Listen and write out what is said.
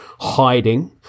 hiding